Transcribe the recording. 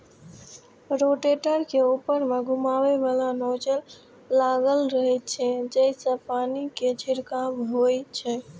rotator के ऊपर मे घुमैबला नोजल लागल रहै छै, जइसे पानिक छिड़काव होइ छै